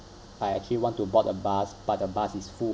I actually want to board a bus but the bus is full